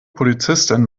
polizistin